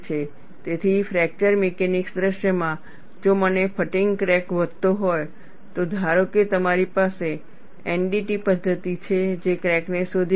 તેથી fracture mechanics દૃશ્યમાં જો મને ફટીગ ક્રેક વધતો હોય તો ધારો કે તમારી પાસે NDT પદ્ધતિ છે જે ક્રેકને શોધી કાઢે છે